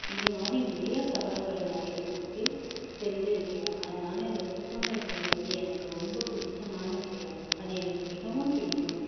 இதுமாதிரி நிறையா சவால்களை எடுத்து செஞ்சியிருக்கேன் அதனால் இந்த சிற்பங்கள் செய்வது எனக்கு ரொம்ப பிடிச்சமான விஷயம் அது எனக்கு மிகவும் பிடிக்கும்